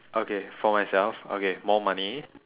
okay for myself okay more money